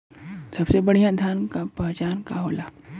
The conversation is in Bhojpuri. सबसे बढ़ियां धान का पहचान का होला?